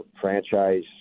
franchise